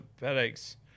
headaches